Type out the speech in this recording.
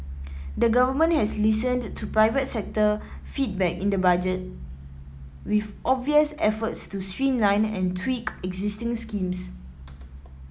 the government has listened to private sector feedback in the budget with obvious efforts to streamline and tweak existing schemes